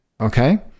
Okay